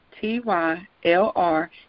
T-Y-L-R